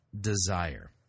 desire